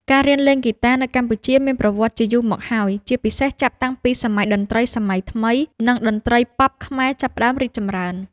ការរៀនលេងហ្គីតានៅកម្ពុជាមានប្រវត្តិជាយូរមកហើយ ជាពិសេសចាប់តាំងពីសម័យតន្ត្រីសម័យថ្មី និងតន្ត្រីប៉ុបខ្មែរចាប់ផ្តើមរីកចម្រើន។